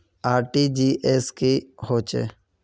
RTGS की होचए?